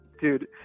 dude